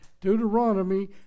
Deuteronomy